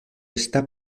está